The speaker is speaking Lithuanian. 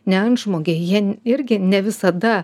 ne antžmogiai jie irgi ne visada